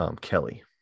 Kelly